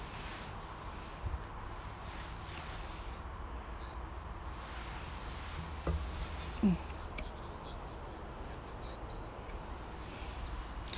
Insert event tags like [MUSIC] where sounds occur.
mm [BREATH]